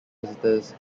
visitors